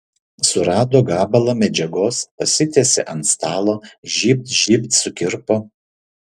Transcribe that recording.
surado gabalą medžiagos pasitiesė ant stalo žybt žybt sukirpo